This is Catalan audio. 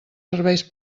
serveis